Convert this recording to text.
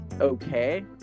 okay